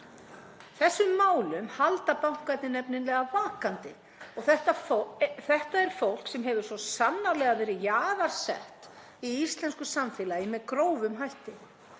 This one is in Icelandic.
Þessum málum halda bankarnir nefnilega vakandi og þetta er fólk sem hefur svo sannarlega verið jaðarsett í íslensku samfélagi með grófum hætti.